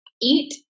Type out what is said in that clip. eat